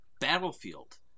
Battlefield